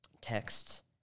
texts